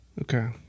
Okay